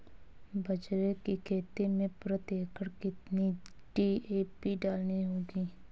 बाजरे की खेती में प्रति एकड़ कितनी डी.ए.पी डालनी होगी?